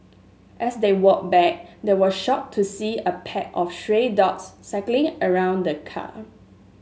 as they walked back they were shocked to see a pack of stray dogs circling around the car